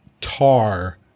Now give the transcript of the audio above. Tar